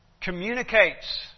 communicates